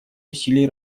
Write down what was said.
усилий